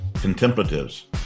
contemplatives